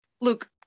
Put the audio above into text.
Luke